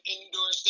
Indoor